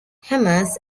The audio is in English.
hammers